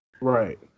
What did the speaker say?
right